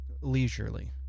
leisurely